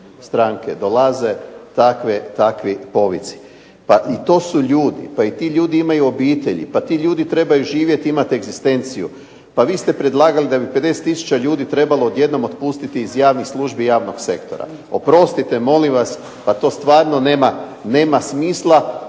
stranke dolaze takvi povici. Pa i to su ljudi, pa ti ljudi imaju obitelji, pa ti ljudi trebaju živjeti i imati egzistenciju, pa vi ste predlagali da bi 50 tisuća trebalo odjednom otpustiti iz javnih službi i javnog sektora. Oprostite, molim vas pa to stvarno nema smisla,